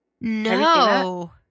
No